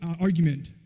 argument